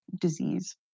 disease